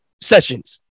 sessions